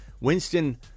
Winston